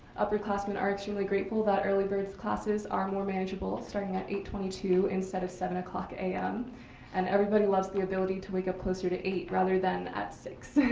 upperclassmen are extremely grateful that early birds classes are more manageable, starting at eight twenty two instead of seven zero am and everybody love the ability to wake up closer to eight rather than at six.